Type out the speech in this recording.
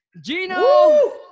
Gino